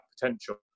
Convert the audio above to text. potential